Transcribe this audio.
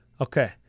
Okay